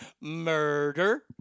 Murder